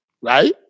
right